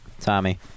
Tommy